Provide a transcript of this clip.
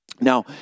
Now